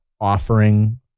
offering